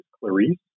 Clarice